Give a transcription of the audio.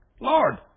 Lord